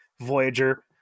Voyager